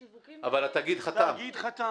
השיווקים --- אבל התאגיד חתם.